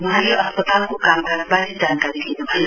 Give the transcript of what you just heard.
वहाँले अस्पतालको कामकाजबारे जानकारी लिनुभयो